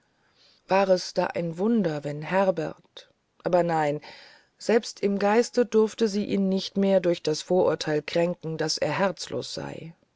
war es da ein wunder wenn herbert aber nein selbst im geiste durfte sie ihn nicht mehr durch das vorurteil kränken daß er herzlos sei